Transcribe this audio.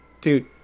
Dude